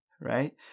right